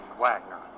Wagner